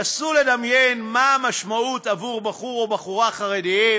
נסו לדמיין מה המשמעות עבור בחור או בחורה חרדים